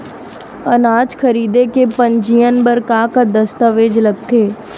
अनाज खरीदे के पंजीयन बर का का दस्तावेज लगथे?